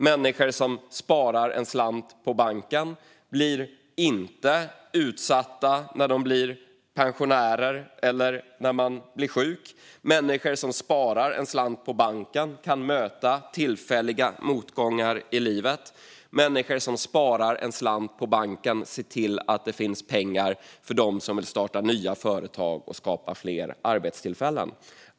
Människor som sparar en slant på banken blir inte utsatta när de blir pensionärer eller när de blir sjuka. Människor som sparar en slant på banken kan möta tillfälliga motgångar i livet. Människor som sparar en slant på banken ser till att det finns pengar för dem som vill starta nya företag och skapa fler arbetstillfällen.